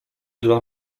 dla